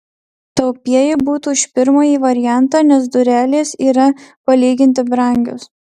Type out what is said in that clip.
taupieji būtų už pirmąjį variantą nes durelės yra palyginti brangios